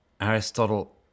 Aristotle